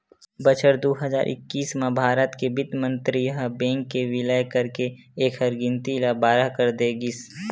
बछर दू हजार एक्कीस म भारत के बित्त मंतरी ह बेंक के बिलय करके एखर गिनती ल बारह कर दे गिस